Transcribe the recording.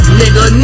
nigga